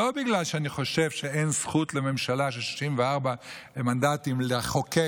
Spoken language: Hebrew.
לא בגלל שאני חושב שאין זכות לממשלה של 64 מנדטים לחוקק